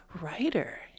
writer